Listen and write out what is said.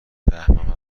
فهمم